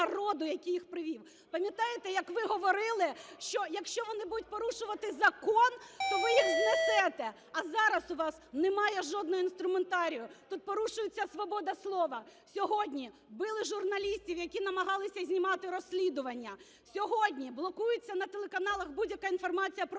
Пам'ятаєте, як ви говорили, що, якщо вони будуть порушувати закон, то ви їх знесете. А зараз у вас немає жодного інструментарію. Тут порушується свобода слова. Сьогодні били журналістів, які намагалися знімати розслідування. Сьогодні блокується на телеканалах будь-яка інформація про "вагнерівців".